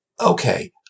Okay